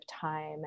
time